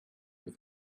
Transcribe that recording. with